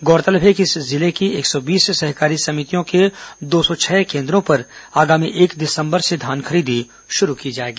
गौरतलब है कि इस जिले की एक सौ बीस सहकारी समितियों के दो सौ छह केन्द्रों पर आगामी एक दिसंबर से धान खरीदी शुरू की जाएगी